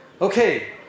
Okay